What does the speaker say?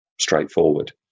straightforward